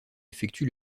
effectue